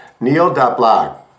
Neil.blog